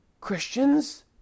Christians